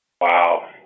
Wow